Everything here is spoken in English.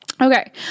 Okay